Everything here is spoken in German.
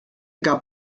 gab